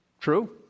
True